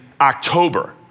October